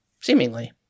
Seemingly